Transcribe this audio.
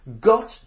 got